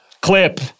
Clip